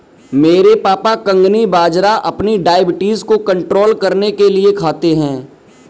मेरे पापा कंगनी बाजरा अपनी डायबिटीज को कंट्रोल करने के लिए खाते हैं